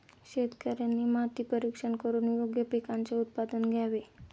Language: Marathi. शेतकऱ्यांनी माती परीक्षण करून योग्य पिकांचे उत्पादन घ्यावे